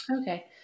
okay